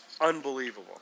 Unbelievable